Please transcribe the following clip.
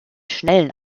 schnellen